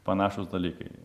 panašūs dalykai